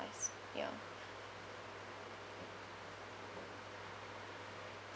pass ya